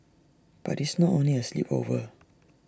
but it's not only A sleepover